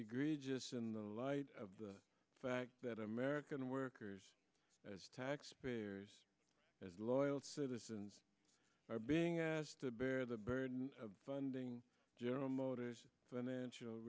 particularly in the light of the fact that american workers as taxpayers as loyal citizens are being asked to bear the burden of funding general motors financial